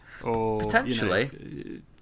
Potentially